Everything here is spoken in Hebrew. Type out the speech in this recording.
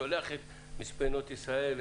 הוא שולח את מספנות ישראל,